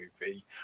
movie